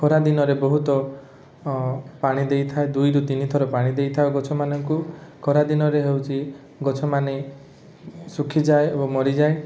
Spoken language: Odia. ଖରାଦିନରେ ବହୁତ ପାଣି ଦେଇଥାଏ ଦୁଇ ରୁ ତିନିଥର ପାଣି ଦେଇଥାଏ ଗଛମାନଙ୍କୁ ଖରାଦିନରେ ହେଉଛି ଗଛମାନେ ଶୁଖିଯାଏ ଓ ମରିଯାଏ